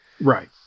Right